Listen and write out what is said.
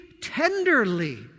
tenderly